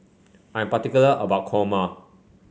I'm particular about kurma